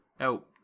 out